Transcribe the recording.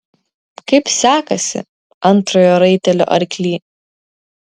kaip sekasi antrojo raitelio arkly